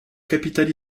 capitale